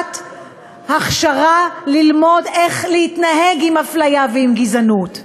הכשרה לדעת איך להתנהג עם אפליה ועם גזענות.